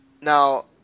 Now